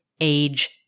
age